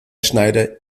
schneider